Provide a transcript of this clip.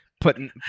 putting